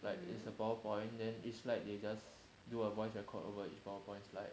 like it's a power point then each slide they just do a voice record over each power point slide